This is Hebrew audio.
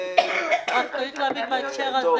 רק צריך להבין בהקשר הזה